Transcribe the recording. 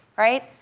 right?